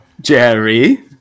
Jerry